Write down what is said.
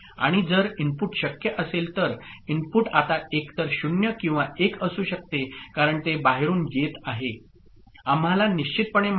आणि जर इनपुट शक्य असेल तर इनपुट आता एकतर 0 किंवा 1 असू शकते कारण ते बाहेरून येत आहे आम्हाला निश्चितपणे माहित नाही